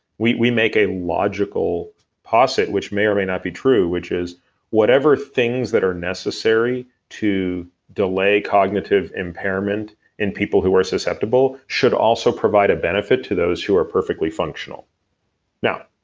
we we make a logical posit, which may or may not be true, which is whatever things that are necessary to delay conative impairment in people who are susceptible, should also provide a benefit to those who are perfectly functional now,